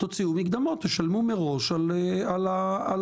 תוציאו מקדמות ותשלמו מראש על ההדרכה.